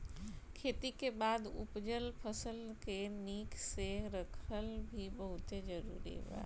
खेती के बाद उपजल फसल के निक से रखल भी बहुते जरुरी हवे